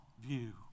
view